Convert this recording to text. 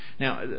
Now